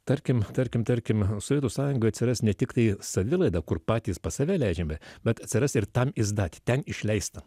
tarkim tarkim tarkim sovietų sąjungoj atsiras ne tiktai savilaida kur patys pas save leidžiame bet atsiras ir tamizdat ten išleista